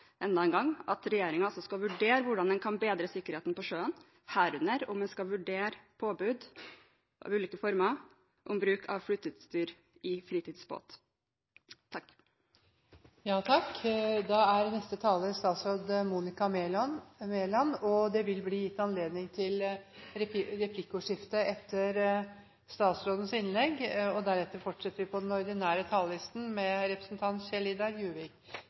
enda en gang – slik at regjeringen skal vurdere hvordan en kan bedre sikkerheten på sjøen, herunder om en skal vurdere påbud av ulike former om bruk av flyteutstyr i fritidsbåt. Hvert liv som går tapt på sjøen, er ett for mye. La det